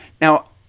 now